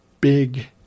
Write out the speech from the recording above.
big